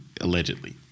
allegedly